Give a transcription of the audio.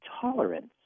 tolerance